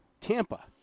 Tampa